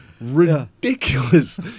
ridiculous